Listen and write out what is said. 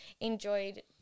enjoyed